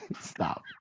stop